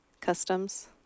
Customs